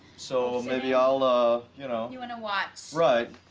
so maybe i'll ah you know you wanna watch? right.